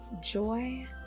joy